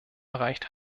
erreicht